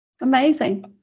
amazing